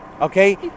okay